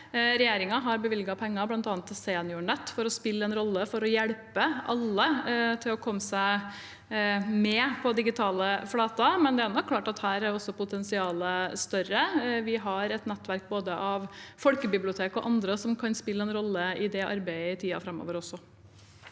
Regjeringen har bevilget penger bl.a. til Seniornett for å spille en rolle og for å hjelpe alle til å komme seg med på digitale flater, men det er klart at potensialet også er større her. Vi har et nettverk av både folkebibliotek og andre som kan spille en rolle i det arbeidet også i tiden framover.